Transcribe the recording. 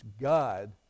God